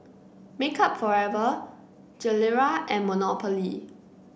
Makeup Forever Gilera and Monopoly